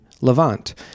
Levant